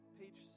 page